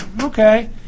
Okay